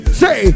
say